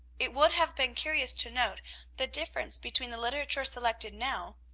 it would have been curious to note the difference between the literature selected now,